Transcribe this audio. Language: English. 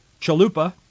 Chalupa